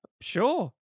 sure